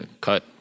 cut